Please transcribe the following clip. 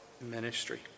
ministry